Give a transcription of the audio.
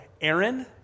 Aaron